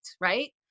right